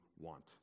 want